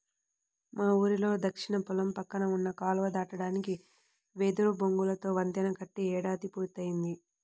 మా ఊరిలో దక్షిణ పొలం పక్కన ఉన్న కాలువ దాటడానికి వెదురు బొంగులతో వంతెన కట్టి ఏడాది పూర్తయ్యింది